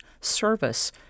service